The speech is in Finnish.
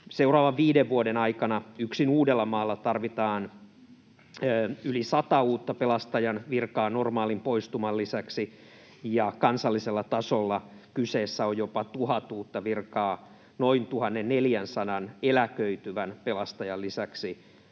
seuraavan viiden vuoden aikana yksin Uudellamaalla tarvitaan yli sata uutta pelastajan virkaa normaalin poistuman lisäksi, ja kansallisella tasolla kyseessä on jopa 1 000 uutta virkaa noin 1 400 eläköityvän pelastajan lisäksi